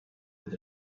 with